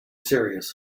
serious